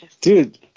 dude